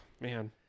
Man